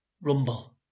rumble